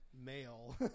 male